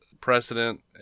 precedent